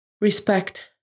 respect